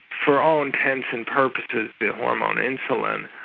for all intents and purposes, the hormone insulin.